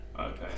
Okay